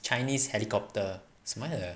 chinese helicopter 什么来的